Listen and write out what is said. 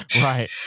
Right